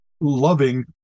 loving